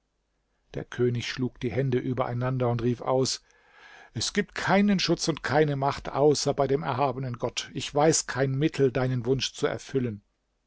der könig schlug die hände übereinander und rief aus es gibt keinen schutz und keine macht außer bei dem erhabenen gott ich weiß kein mittel deinen wunsch zu erfüllen